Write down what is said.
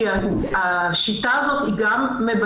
כי השיטה הזאת גם מבלבלת,